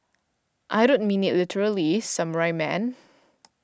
I don't mean it literally Samurai man